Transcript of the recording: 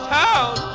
town